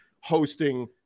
hosting